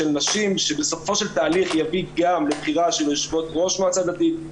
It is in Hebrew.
של נשים שבסופו של תהליך יביא גם לבחירה של יושבות ראש מועצה דתית.